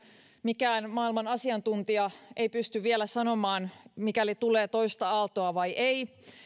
mikään maailman asiantuntija ei pysty vielä sanomaan tuleeko toista aaltoa vai ei